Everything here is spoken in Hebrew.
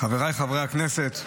חבריי חברי הכנסת,